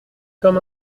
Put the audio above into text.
comme